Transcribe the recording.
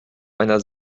einer